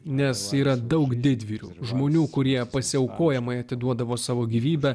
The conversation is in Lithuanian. nes yra daug didvyrių žmonių kurie pasiaukojamai atiduodavo savo gyvybę